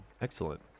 Excellent